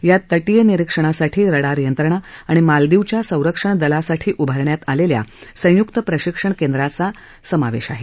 यात तटीय निरीक्षणासाठी रडार यंत्रणा आणि मालदीवच्या संरक्षण दलासाठी उभारण्यात आलेल्या संयुक्त प्रशिक्षण केंद्राचा समावेश आहे